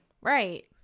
Right